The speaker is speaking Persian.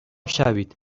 شوید